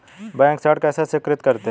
Bank ऋण कैसे स्वीकृत करते हैं?